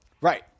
Right